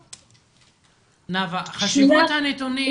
נאוה, חשיבות הנתונים.